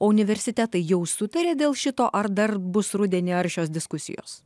o universitetai jau sutarė dėl šito ar dar bus rudenį aršios diskusijos